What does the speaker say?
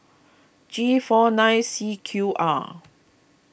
G four nine C Q R